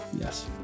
yes